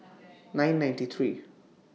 nine ninety three